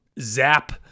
Zap